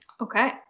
okay